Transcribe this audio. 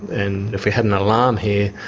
and if we had an alarm here,